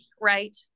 Right